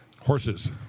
Horses